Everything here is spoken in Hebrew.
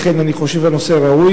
לכן אני חושב שהנושא, ראוי